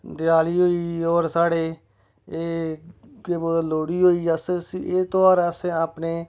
दियाली होई होर साढ़े एह् केह् बोलदे लोहड़ी होई अस एह् त्योहार अस अपने